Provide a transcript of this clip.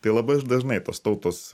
tai labai dažnai tos tautos